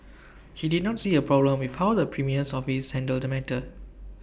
he did not see A problem with how the premier's office handled the matter